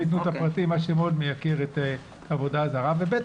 דבר שמאוד מייקר את העבודה הזרה, וב.